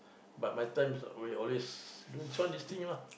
but my times we always do this one this thing lah